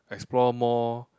explore more